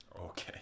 Okay